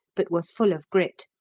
but were full of grit.